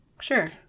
Sure